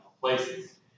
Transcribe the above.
places